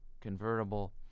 convertible